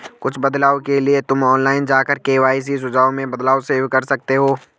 कुछ बदलाव के लिए तुम ऑनलाइन जाकर के.वाई.सी सुझाव में बदलाव सेव कर सकते हो